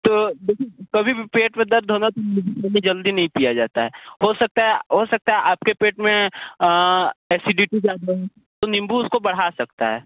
तो देखिए कभी भी पेट में दर्द हो ना जल्दी नहीं पिया जाता है हो सकता है हो सकता है आपके पेट में एसिडिटी ज़्यादा हो तो नींबू उसको बढ़ा सकता है